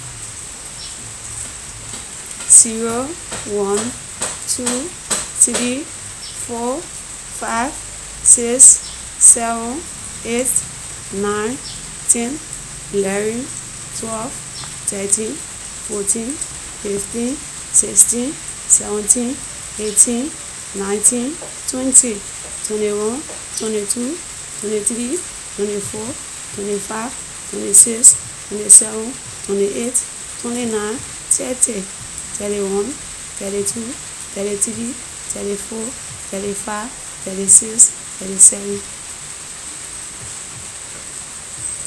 Zero, one, two, three, four, five, six, seven, eight, nine, ten, eleven, twelve, thirteen, fourteen, fifteen, sixteen, seventeen, eighteen, nineteen, twenty, twenty-one, twenty-two, twenty-three, twenty-four, twenty-five, twenty-six, twenty-seven, twenty-eight, twenty-nine, thirty, thirty-one, thirty-two, thirty-three, thirty-four, thirty-five, thirty-six, thirty-seven, thirty-eight, thirty-nine, forty, forty-one, forty-two, forty-three, forty-four, forty-five, forty-six forty-seven, forty-eight, forty-nine, fifty, fifty-one, fifty-two, fifty-three, fifty-four, fifty-five, fifty-six, fifty-seven, fifty-eight, fifty-nine, sixty, sixty-one, sixty-two, sixty-three, sixty-four, sixty-five, sixty-six, sixty-seven, sixty-eight, sixty-nine, seventy, seventy-one, seventy-two, seventy-three, seventy-four, seventy-five, seventy-six, seventy-seven, seventy-eight, seventy-nine, eighty, eighty-one, eighty-two, eighty-three eighty-four eighty-five eighty-six eighty-seven eighty-eight eighty-nine, ninety, ninety-one, ninety-two, ninety-three, ninety-four, ninety-five, ninety-six, ninety-seven, ninety-eight, ninety-nine, hundred.